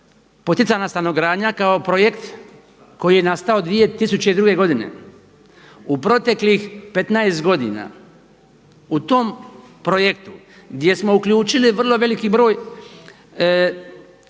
poticajna stanogradnja kao projekt koji je nastao 2002. godine u proteklih 15 godina u tom projektu gdje smo uključili vrlo veliki broj